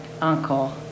uncle